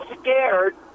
scared